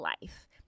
life